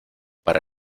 para